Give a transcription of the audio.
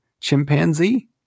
chimpanzee